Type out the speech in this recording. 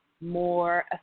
more